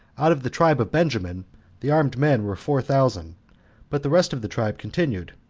out of the tribe of benjamin the armed men were four thousand but the rest of the tribe continued,